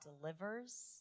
delivers